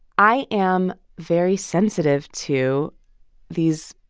i am very sensitive to these.